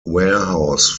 warehouse